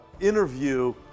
interview